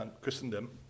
Christendom